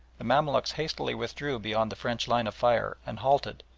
the mamaluks hastily withdrew beyond the french line of fire and halted,